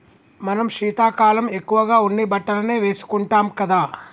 మనం శీతాకాలం ఎక్కువగా ఉన్ని బట్టలనే వేసుకుంటాం కదా